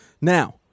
now